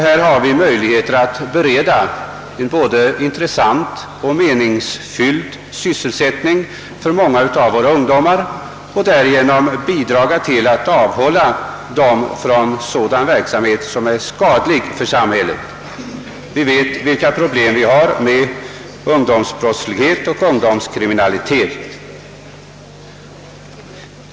Här har vi möjlighet att bereda ungdomarna en både intressant och meningsfylld sysselsättning, varigenom de kanske kan avhållas från sådan verksamhet som är skadlig för samhället — vi vet vilket problem ungdomskriminaliteten och ungdomsbrottsligheten utgör.